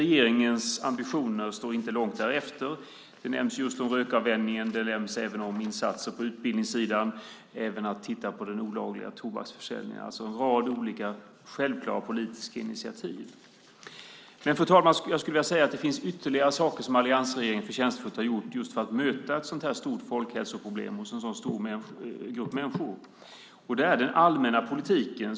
Regeringens ambitioner står inte långt därefter. Rökavvänjning och insatser på utbildningssidan nämns, men även att man ska titta på den olagliga tobaksförsäljningen. Det är alltså en rad olika självklara politiska initiativ. Fru talman! Jag skulle vilja säga att det finns ytterligare saker som alliansregeringen förtjänstfullt har gjort just för att möta ett sådant här stort folkhälsoproblem hos en så stor grupp människor, och det är den allmänna politiken.